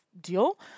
deal